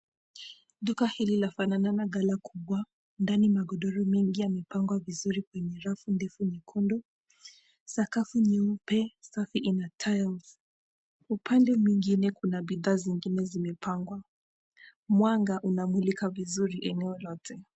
Duka hili lafanana na ghala kubwa, ndani magodoro mengi yamepangwa vizuri kwenye rafu ndefu nyekundu. Sakafu nyeupe safi ina tiles . Upande mwingine kuna bidhaa zingine zimepangwa. Mwanga unamulika vizuri eneo lote.